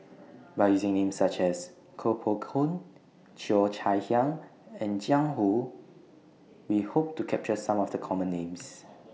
By using Names such as Koh Poh Koon Cheo Chai Hiang and Jiang Hu We Hope to capture Some of The Common Names